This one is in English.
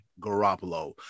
Garoppolo